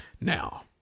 Now